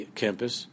campus